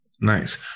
Nice